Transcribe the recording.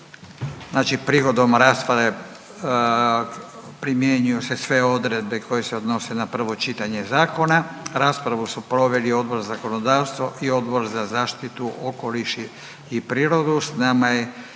Znači prigodom rasprave primjenjuju se odredbe koje se odnose na prvo čitanje zakona. Raspravu su proveli Odbor za zakonodavstvo i Odbor za zaštitu okoliša i prirodu.